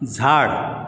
झाड